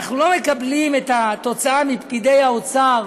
אנחנו לא מקבלים את התוצאה מפקידי האוצר,